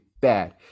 bad